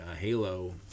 Halo